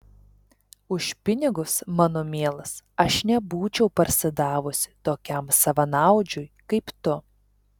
už pinigus mano mielas aš nebūčiau parsidavusi tokiam savanaudžiui kaip tu